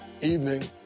evening